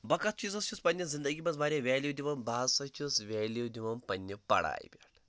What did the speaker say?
بہٕ کَتھ چیٖزَس چھُس پننہِ زندگی منٛز واریاہ ویلیٛو دِوان بہٕ ہسا چھُس ویلیٛو دِوان پننہِ پڑھاے پٮ۪ٹھ